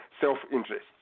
self-interest